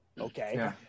Okay